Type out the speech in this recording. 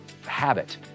habit